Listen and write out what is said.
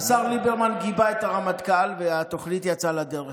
השר ליברמן גיבה את הרמטכ"ל והתוכנית יצאה לדרך,